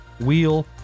wheel